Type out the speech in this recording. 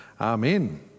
Amen